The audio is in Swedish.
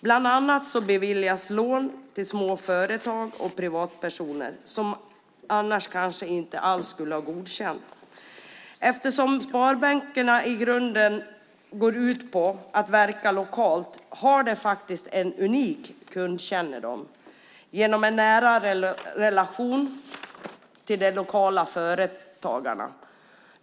Bland annat beviljas lån till småföretag och privatpersoner som annars kanske inte alls skulle ha godkänts. Eftersom sparbankerna i grunden går ut på att verka lokalt har de faktiskt en unik kundkännedom genom en nära relation till de lokala företagarna.